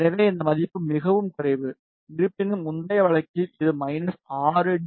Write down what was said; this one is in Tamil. எனவே இந்த மதிப்பு மிகவும் குறைவு இருப்பினும் முந்தைய வழக்கில் இது 6 டி